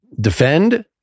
defend